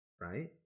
right